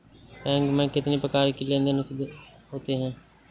Bank में कितनी प्रकार के लेन देन देन होते हैं?